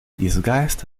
disguised